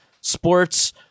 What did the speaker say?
sports